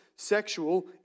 Sexual